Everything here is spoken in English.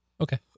Okay